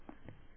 നന്ദി